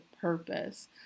purpose